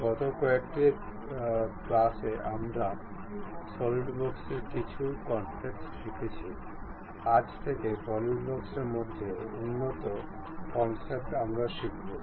গত কয়েকটি ক্লাসে আমরা সলিডওয়ার্কসের কিছু কনসেপ্ট শিখেছি আজ থেকে সলিডওয়ার্কস এর মধ্যে উন্নত কনসেপ্ট আমরা শিখবো